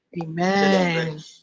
Amen